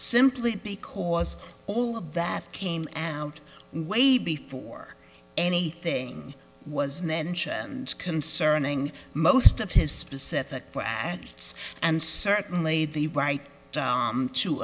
simply because all of that came out way before anything was mentioned concerning most of his specific acts and certainly the right